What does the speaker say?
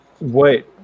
Wait